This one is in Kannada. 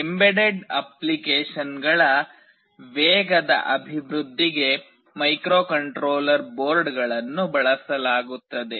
ಎಂಬೆಡೆಡ್ ಅಪ್ಲಿಕೇಶನ್ಗಳ ವೇಗದ ಅಭಿವೃದ್ಧಿಗೆ ಮೈಕ್ರೊಕಂಟ್ರೋಲರ್ ಬೋರ್ಡ್ಗಳನ್ನು ಬಳಸಲಾಗುತ್ತದೆ